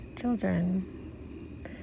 children